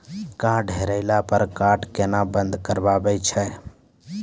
Card हेरैला पर card केना बंद करबै छै?